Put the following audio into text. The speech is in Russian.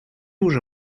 уже